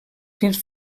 fins